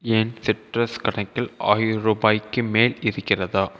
என் சிட்ரஸ் கணக்கில் ஆயரூபாய்க்கு மேல் இருக்கிறதா